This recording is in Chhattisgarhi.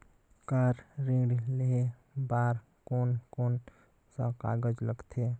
कार ऋण लेहे बार कोन कोन सा कागज़ लगथे?